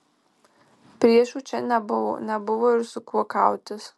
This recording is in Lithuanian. priešų čia nebuvo nebuvo ir su kuo kautis